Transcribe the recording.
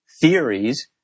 theories